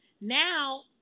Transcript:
Now